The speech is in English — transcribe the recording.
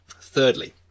Thirdly